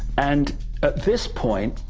and at this point,